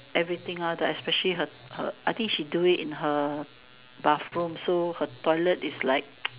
everything ah the especially her her I think she do it in her bathroom so her toilet is like